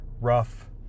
rough